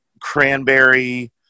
cranberry